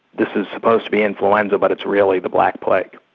this is supposed to be influenza but it's really the black plague.